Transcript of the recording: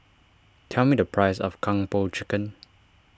tell me the price of Kung Po Chicken